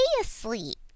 asleep